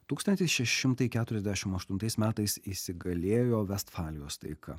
tūkstantis šeši šimtai keturiasdešim aštuntais metais įsigalėjo vestfalijos taika